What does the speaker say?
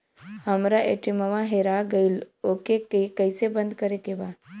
हमरा ए.टी.एम वा हेरा गइल ओ के के कैसे बंद करे के बा?